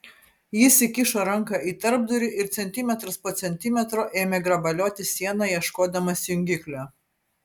jis įkišo ranką į tarpdurį ir centimetras po centimetro ėmė grabalioti sieną ieškodamas jungiklio